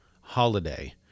holiday